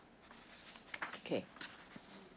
okay